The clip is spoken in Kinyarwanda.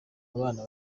abana